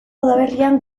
udaberrian